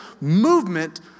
movement